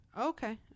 Okay